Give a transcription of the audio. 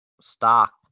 stock